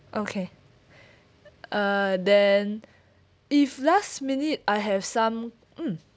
okay uh then if last minute I have some mm